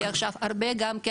כי עכשיו הרבה גם כן,